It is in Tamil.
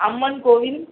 அம்மன் கோவில்